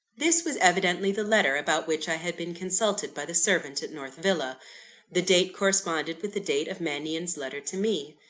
this was evidently the letter about which i had been consulted by the servant at north villa the date corresponded with the date of mannion's letter to me.